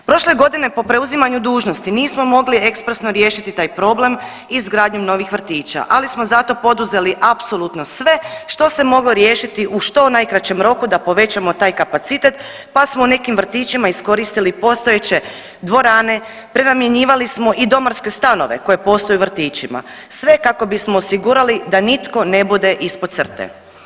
Prošle godine po preuzimanju dužnosti nismo mogli ekspresno riješiti taj problem izgradnjom novih vrtića, ali smo zato poduzeli apsolutno sve što se moglo riješiti u što najkraćem roku da povećamo taj kapacitet pa smo u nekim vrtićima iskoristili postojeće dvorane, prenamjenjivali smo i domarske stanove koji postoje u vrtićima sve kako bismo osigurali da nitko ne bude ispod crte.